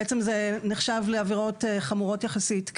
אלו עברות שנחשבות לחמורות יחסית,